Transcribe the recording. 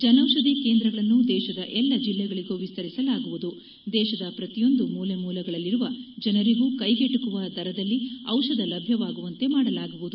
ಜನೌಷಧಿ ಕೇಂದ್ರಗಳನ್ನು ದೇಶದ ಎಲ್ಲ ಜಿಲ್ಲೆಗಳಿಗೂ ವಿಸ್ತರಿಸಲಾಗುವುದು ದೇತದ ಪ್ರತಿಯೊಂದು ಮೂಲೆ ಮೂಲೆಗಳಲ್ಲಿರುವ ಜನರಿಗೂ ಕೈಗಟಕುವ ದರದಲ್ಲಿ ಔಷಧ ಲಭ್ಯವಾಗುವಂತೆ ಮಾಡಲಾಗುವುದು